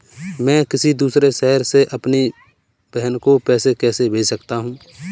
मैं किसी दूसरे शहर से अपनी बहन को पैसे कैसे भेज सकता हूँ?